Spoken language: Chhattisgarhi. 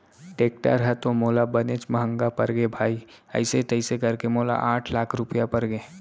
टेक्टर ह तो मोला बनेच महँगा परगे भाई अइसे तइसे करके मोला आठ लाख रूपया परगे